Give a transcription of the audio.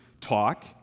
talk